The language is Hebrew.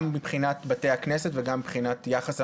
גם מבחינת בתי הכנסת וגם מבחינת יחס,